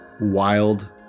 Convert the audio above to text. wild